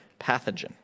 pathogen